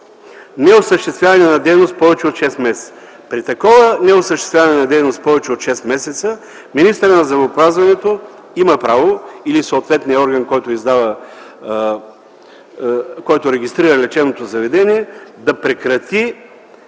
„неосъществяване на дейност повече от шест месеца”. При такова неосъществяване на дейност повече от шест месеца министърът на здравеопазването или съответният орган, който регистрира лечебното заведение, има право